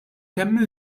kemm